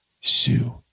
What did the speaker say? Sue